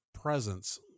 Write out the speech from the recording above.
presence